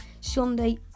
Sunday